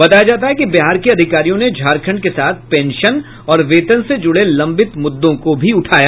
बताया जाता है कि बिहार के अधिकारियों ने झारखंड के साथ पेंशन और वेतन से जुड़े लंबित मुद्दों को भी उठाया